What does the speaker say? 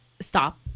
stop